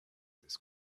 this